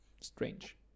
strange